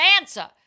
answer